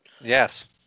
Yes